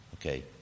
Okay